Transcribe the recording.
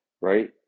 right